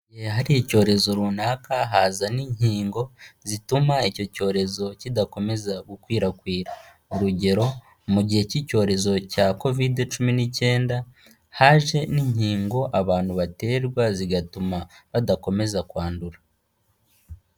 Igihe hari icyorezo runaka haza n'inkingo zituma icyo cyorezo kidakomeza gukwirakwira. Urugero, mu gihe cy'icyorezo cya Kovide cumi n'icyenda, haje n'inkingo abantu baterwa zigatuma badakomeza kwandura.